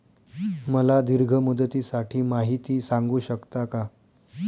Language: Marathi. मला दीर्घ मुदतीसाठी माहिती सांगू शकता का?